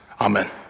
amen